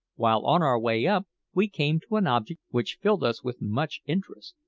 while on our way up we came to an object which filled us with much interest.